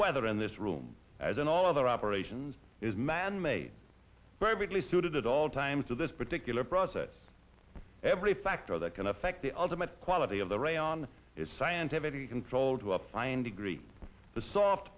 weather in this room as in all other operations is man made perfectly suited at all times to this particular process every factor that can affect the ultimate quality of the re on is scientifically controlled to a fine degree the soft